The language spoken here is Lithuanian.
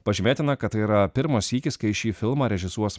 pažymėtina kad tai yra pirmas sykis kai šį filmą režisuos